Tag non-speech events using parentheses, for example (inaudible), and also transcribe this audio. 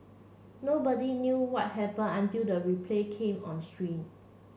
nobody knew what happened until the replay came on (unintelligible)